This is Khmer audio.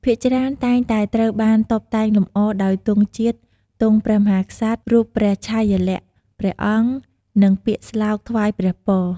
ភាគច្រើនតែងតែត្រូវបាន តុបតែងលម្អ ដោយ ទង់ជាតិ ទង់ព្រះមហាក្សត្រ រូបព្រះឆាយាល័ក្ខណ៍ព្រះអង្គ និង ពាក្យស្លោកថ្វាយព្រះពរ។